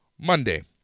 Monday